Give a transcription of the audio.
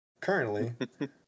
currently